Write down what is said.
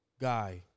guy